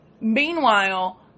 Meanwhile